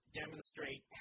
demonstrate